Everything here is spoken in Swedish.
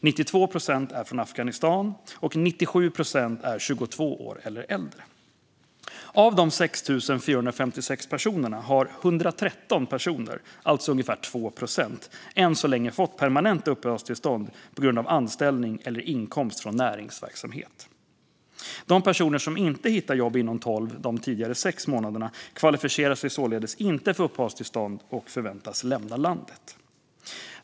92 procent är från Afghanistan, och 97 procent är 22 år eller äldre. Av de 6 456 personerna har 113 personer, alltså ungefär 2 procent, än så länge fått permanenta uppehållstillstånd på grund av anställning eller inkomst från näringsverksamhet. De personer som inte hittar jobb inom 12, tidigare 6, månader kvalificerar sig således inte för uppehållstillstånd och förväntas lämna landet.